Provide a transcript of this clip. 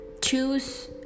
choose